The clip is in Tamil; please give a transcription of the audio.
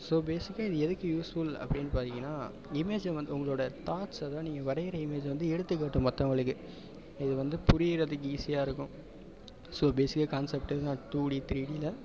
ஸோ பேசிக்காக இது எதுக்கு யூஸ்ஃபுல் அப்படின்னு பார்த்தீங்கன்னா இமேஜை வந்து உங்களோடய தாட்ஸை தான் நீங்கள் வரைகிற இமேஜை வந்து எடுத்துக்காட்டும் மற்றவங்களுக்கு இது வந்து புரிகிறதுக்கு ஈஸியாக இருக்கும் ஸோ பேசிக்காக கான்செப்ட்டு இதான் டூ டி த்ரீ டியில்